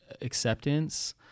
acceptance